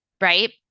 right